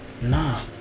Nah